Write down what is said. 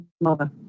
mother